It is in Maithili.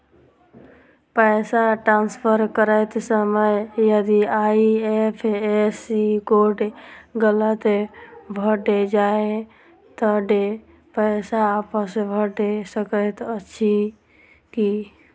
पैसा ट्रान्सफर करैत समय यदि आई.एफ.एस.सी कोड गलत भऽ जाय तऽ पैसा वापस भऽ सकैत अछि की?